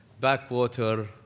backwater